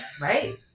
Right